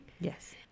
Yes